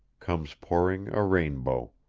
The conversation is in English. comes pouring a rainbow.